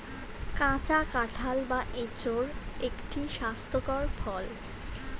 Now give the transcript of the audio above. কাঁচা কাঁঠাল বা এঁচোড় একটি স্বাস্থ্যকর ফল